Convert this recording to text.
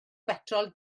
betrol